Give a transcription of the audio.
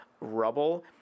rubble